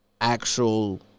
actual